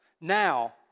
now